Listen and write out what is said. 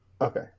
Okay